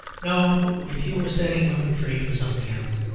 no if you were setting women free for something else,